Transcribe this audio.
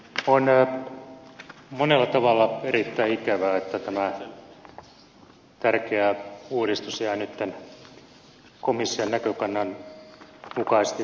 monella tavalla erittäin ikävää että tämä tärkeä uudistus jää nyt komission näkökannan mukaisesti toteutumatta